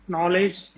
Knowledge